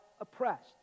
oppressed